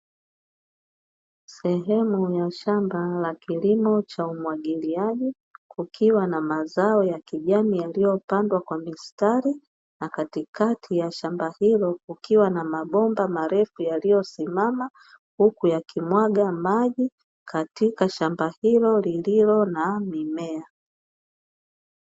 Sehemu ya shamba la kilimo cha umwagiliaji, kukiwa na mazao ya kijani yaliyopandwa kwa mistari na katikati ya shamba hilo, kukiwa na mabomba marefu yaliyosimama huku yakimwaga maji katika shamba hilo, lililo na mimea.